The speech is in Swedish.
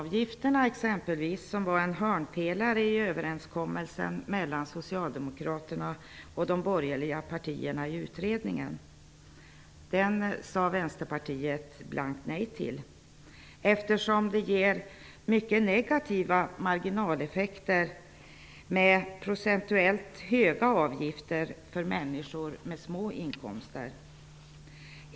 Vänsterpartiet blankt nej till, eftersom procentuellt sett höga avgifter får mycket negativa marginaleffekter för människor med små inkomster.